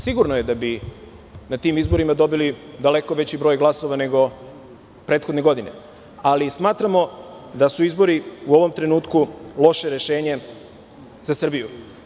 Sigurno da bi na tim izborima dobili daleko veći broj glasova nego prethodne godine, ali smatramo da su izbori u ovom trenutku loše rešenje za Srbiju.